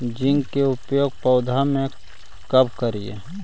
Zinc के प्रयोग पौधा मे कब करे?